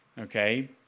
okay